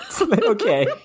okay